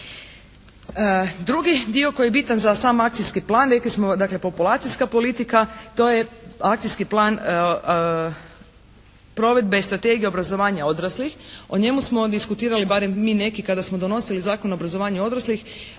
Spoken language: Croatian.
Drugi dio koji je bitan za sam akcijski plan, rekli smo dakle populacijska politika, to je akcijski plan provedbe i strategije obrazovanja odraslih. O njemu smo diskutirali barem mi neki kada smo donosili Zakon o obrazovanju odraslih.